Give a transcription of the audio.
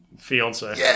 fiance